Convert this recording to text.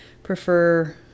prefer